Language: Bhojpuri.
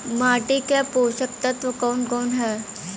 माटी क पोषक तत्व कवन कवन ह?